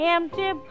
Empty